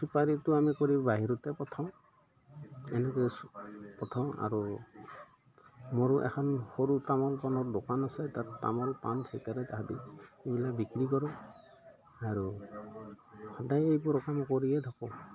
চুপাৰিটো আমি কৰি বাহিৰতে পঠাওঁ এনেকৈ পঠাওঁ আৰু মোৰো এখন সৰু তামোল পাণৰ দোকান আছে তাত তামোল পাণ চিগাৰেট আদি এইবিলাক বিক্ৰী কৰোঁ আৰু সদায় এইবোৰ কাম কৰিয়ে থাকোঁ